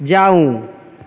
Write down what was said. जाउ